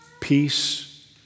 peace